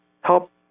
help